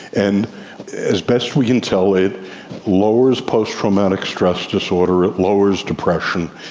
and as best we can tell it lowers post-traumatic stress disorder, it lowers depression,